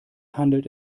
handelt